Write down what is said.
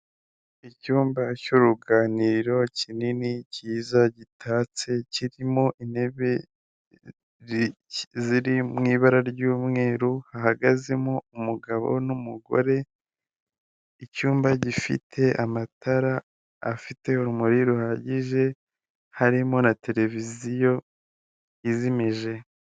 Icyumba cy'uruganiriro kinini cyiza, gitatse, kirimo intebe ziri m’ ibara ry'umweru hahagazemo umugabo n'umugore, icyumba gifite amatara afite urumuri ruhagije, harimo na televiziyo izimije.